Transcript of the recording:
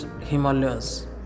Himalayas